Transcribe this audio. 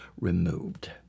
removed